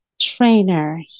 trainer